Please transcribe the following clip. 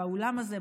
באולם הזה,